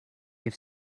have